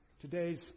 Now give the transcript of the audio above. today's